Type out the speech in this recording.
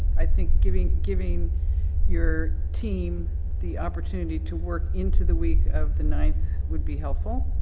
i think giving, giving your team the opportunity to work into the week of the ninth would be helpful.